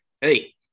Hey